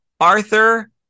Arthur